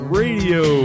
radio